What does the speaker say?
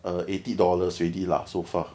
err eighty dollars already lah so far